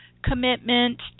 Commitment